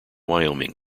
wyoming